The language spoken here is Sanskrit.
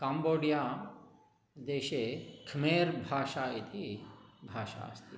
काम्बोडिया देशे ख्मेर् भाषा इति भाषा अस्ति